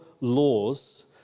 laws